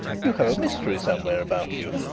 you have a mystery somewhere about you!